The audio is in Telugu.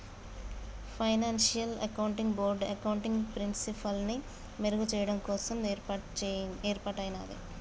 ఫైనాన్షియల్ అకౌంటింగ్ బోర్డ్ అకౌంటింగ్ ప్రిన్సిపల్స్ని మెరుగుచెయ్యడం కోసం యేర్పాటయ్యినాది